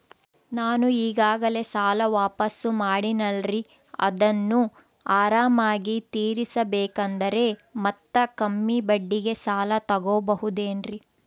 ನಾನು ಈಗಾಗಲೇ ಸಾಲ ವಾಪಾಸ್ಸು ಮಾಡಿನಲ್ರಿ ಅದನ್ನು ಆರಾಮಾಗಿ ತೇರಿಸಬೇಕಂದರೆ ಮತ್ತ ಕಮ್ಮಿ ಬಡ್ಡಿಗೆ ಸಾಲ ತಗೋಬಹುದೇನ್ರಿ?